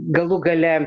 galų gale